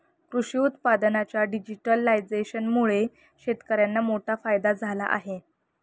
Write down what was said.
कृषी उत्पादनांच्या डिजिटलायझेशनमुळे शेतकर्यांना मोठा फायदा झाला आहे